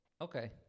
Okay